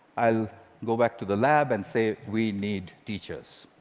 i'll go back to the lab and say, we need teachers.